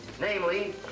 Namely